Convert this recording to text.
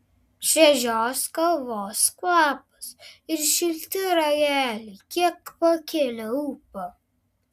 šviežios kavos kvapas ir šilti rageliai kiek pakėlė ūpą